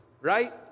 right